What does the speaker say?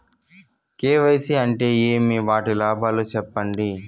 KYC అంటే ఏమి? వాటి లాభాలు సెప్పండి?